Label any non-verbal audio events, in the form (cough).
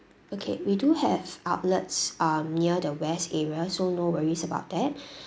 okay we do have outlets um near the west area so no worries about that (breath)